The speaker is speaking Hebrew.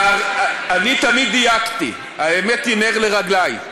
אני תמיד דייקתי, האמת היא נר לרגלי.